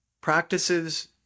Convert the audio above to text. Practices